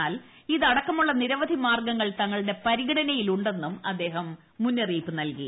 എന്നാൽ ഇതടക്കമുള്ള നിരവധി മാർഗങ്ങൾ തങ്ങളുടെ പരിഗണനയിലുണ്ടെന്നും അദ്ദേഹം മുന്നറിയിപ്പ് നൽകി